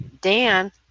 Dan